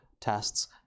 tests